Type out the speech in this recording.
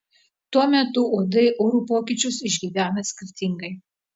tuo metu uodai orų pokyčius išgyvena skirtingai